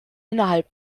innerhalb